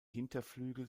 hinterflügel